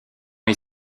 est